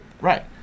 Right